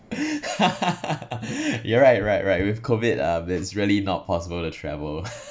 you're right right right with COVID uh it's really not possible to travel